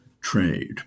trade